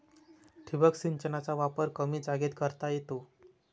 ठिबक सिंचनाचा वापर कमी जागेत करता येतो